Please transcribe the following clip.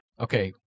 Okay